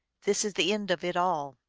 this is the end of it all,